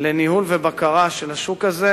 לניהול ובקרה של השוק הזה,